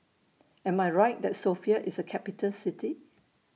Am I Right that Sofia IS A Capital City